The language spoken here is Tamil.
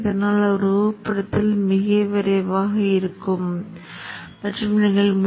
இப்போது நீங்கள் இந்த டன் நேரம் இதைப் பற்றி நாம் விவாதித்து வருவதைப் பார்க்கிறீர்கள் நிலை மீது